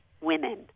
women